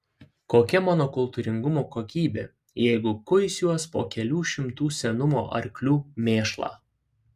kokia mano kultūringumo kokybė jeigu kuisiuos po kelių šimtų senumo arklių mėšlą